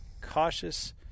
cautious